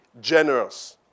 generous